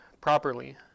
properly